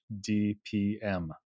DPM